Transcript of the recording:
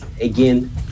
again